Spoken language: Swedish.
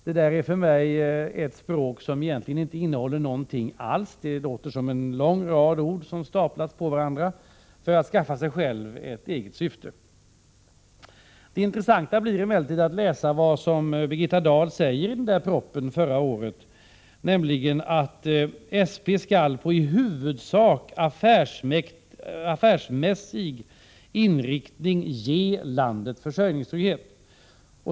Det där är för mig ett språk som egentligen inte innehåller någonting alls. Det låter som en lång rad ord som man staplat på varandra för att skaffa sig ett syfte. Det intressanta är emellertid att läsa vad Birgitta Dahl säger i den där propositionen från förra året, nämligen att SP skall med i huvudsak affärsmässig inriktning ge landet försörjningstrygghet.